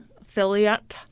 affiliate